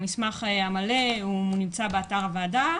המסמך המלא נמצא באתר הוועדה.